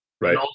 Right